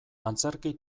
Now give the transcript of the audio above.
antzerki